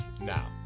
now